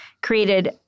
created